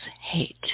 hate